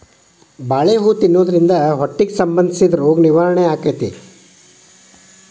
ಬಾಳೆ ಹೂ ತಿನ್ನುದ್ರಿಂದ ಹೊಟ್ಟಿಗೆ ಸಂಬಂಧಿಸಿದ ರೋಗ ನಿವಾರಣೆ ಅಕೈತಿ